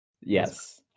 yes